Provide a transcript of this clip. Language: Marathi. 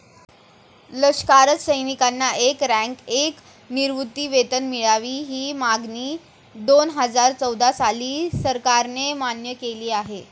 लष्करात सैनिकांना एक रँक, एक निवृत्तीवेतन मिळावे, ही मागणी दोनहजार चौदा साली सरकारने मान्य केली आहे